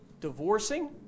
divorcing